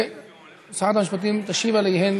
שרת המשפטים תשיב עליהן